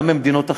גם במדינות אחרות,